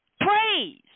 Praise